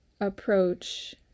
approach